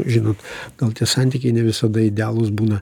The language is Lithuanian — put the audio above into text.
žinot gal tie santykiai ne visada idealūs būna